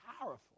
powerful